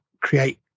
create